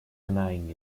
denying